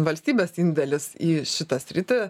valstybės indėlis į šitą sritį